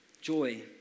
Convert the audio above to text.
joy